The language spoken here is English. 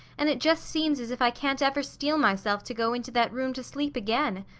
and it just seems as if i can't ever steel myself to go into that room to sleep again.